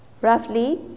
roughly